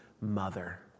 mother